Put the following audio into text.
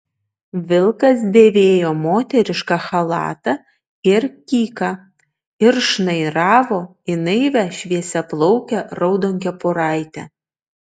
vilkas dėvėjo moterišką chalatą ir kyką ir šnairavo į naivią šviesiaplaukę raudonkepuraitę